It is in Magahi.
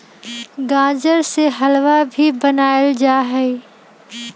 गाजर से हलवा भी बनावल जाहई